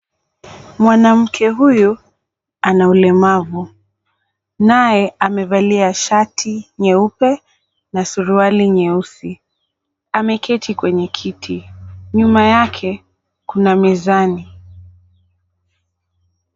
Mwanamke huyu ana ulemavu naye amevalia shati nyeupe na suruali nyeusi, ameketi kwenye kitu nyuma yake kuna meza.